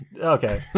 Okay